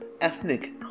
ethnic